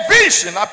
vision